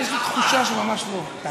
אתה בטוח שהדרוזים רוצים שתגן עליהם, אחמד?